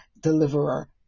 deliverer